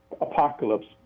apocalypse